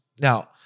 Now